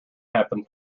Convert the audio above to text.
happened